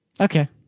okay